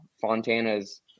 Fontana's